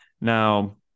Now